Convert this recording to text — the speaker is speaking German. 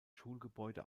schulgebäude